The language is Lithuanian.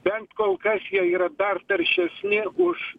bent kol kas jie yra dar taršesni už